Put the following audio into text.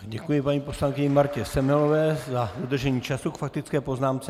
Děkuji paní poslankyni Martě Semelové za dodržení času k faktické poznámce.